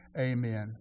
Amen